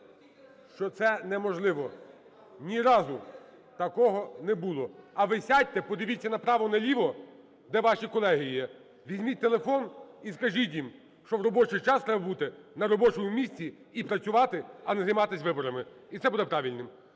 що це неможливо, ні разу такого не було. А ви сядьте, подивіться направо, наліво, де ваші колеги є, візьміть телефон і скажіть їм, що в робочий час треба бути на робочому місці і працювати, а не займатися виборами. І це буде правильно.